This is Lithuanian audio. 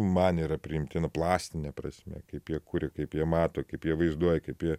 man yra priimtina plastine prasme kaip jie kuria kaip jie mato kaip jie vaizduoja kaip jie